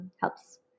helps